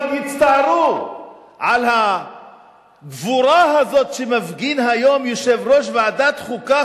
עוד יצטערו על הגבורה הזאת שמפגין היום יושב-ראש ועדת חוקה,